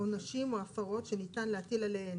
עונשים או הפרות שניתן להטיל עליהן